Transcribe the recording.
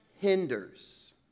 hinders